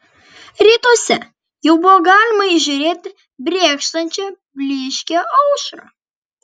rytuose jau buvo galima įžiūrėti brėkštančią blyškią aušrą